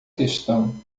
questão